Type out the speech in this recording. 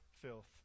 filth